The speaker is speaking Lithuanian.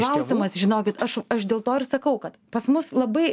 klausimas žinokit aš aš dėl to ir sakau kad pas mus labai